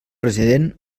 president